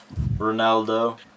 Ronaldo